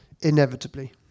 inevitably